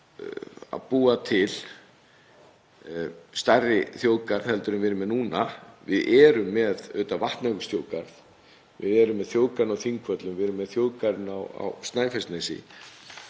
að búa til stærri þjóðgarð en við erum með núna. Við erum með Vatnajökulsþjóðgarð. Við erum með þjóðgarðinn á Þingvöllum. Við erum með þjóðgarðinn á Snæfellsnesi.